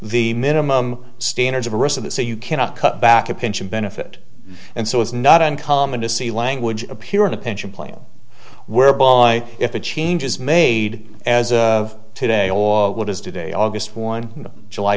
the minimum standards of the rest of the say you cannot cut back a pension benefit and so it's not uncommon to see language appear in a pension plan whereby if the changes made as today or what is today august one july